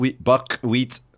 buckwheat